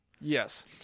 Yes